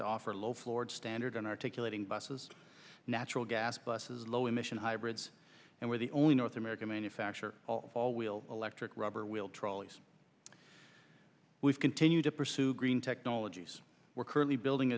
to offer low floored standard in articulating buses natural gas buses low emission hybrids and we're the only north american manufacturer all wheel electric rubber will troll these we've continued to pursue green technologies we're currently building